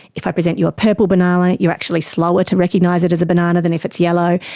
if i present you a purple banana you're actually slower to recognise it as a banana than if it's yellow.